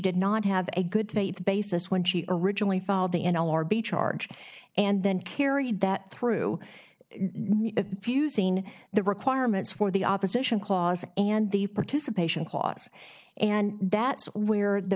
did not have a good faith basis when she originally filed the n l r b charge and then carried that through fusing the requirements for the opposition clause and the participation clause and that's where the